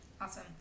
Awesome